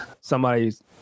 somebody's